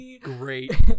Great